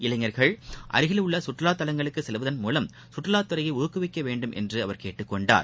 இளைஞா்கள் அருகில் உள்ள சுற்றுலா தலங்களுக்கு செல்வதன் மூலம் சுற்றுலாத்துறையை ஊக்குவிக்க வேண்டும் என்றும் அவர் கேட்டுக் கொண்டார்